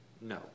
no